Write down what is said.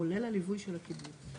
כולל הליווי של הקיבוץ.